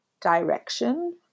direction